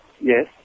yes